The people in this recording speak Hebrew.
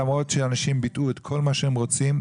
למרות שאנשים ביטאו את כל מה שהם רוצים,